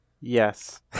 Yes